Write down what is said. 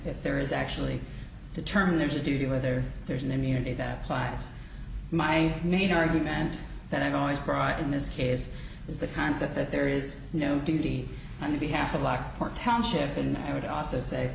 that there is actually determined there's a duty whether there's an immunity that applies my main argument that i've always brought in this case is the concept that there is no duty on the behalf of lockhart township and i would also say